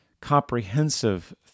comprehensive